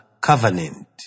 covenant